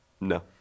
No